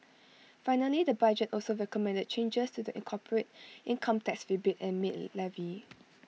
finally the budget also recommended changes to the corporate income tax rebate and maid levy